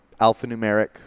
alphanumeric